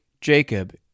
Jacob